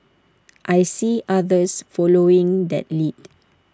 I see others following that lead